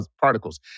particles